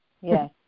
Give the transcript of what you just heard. yes